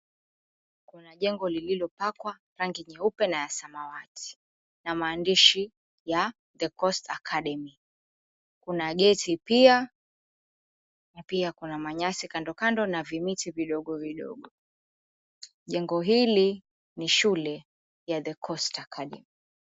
Kuna jengo lilopakwa rangi nyeupe.na ya samawati. Na maandishi ya(cs) The Coast Academy(cs).Kuna gesi pia. Pia kuna manyasi kando kando .Na vimiti vidogo vidogo. Jengo hili ni shule ya (cs)The Coast Academy(cs).